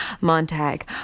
Montag